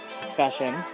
discussion